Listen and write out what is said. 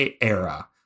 era